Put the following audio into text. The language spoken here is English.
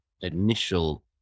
initial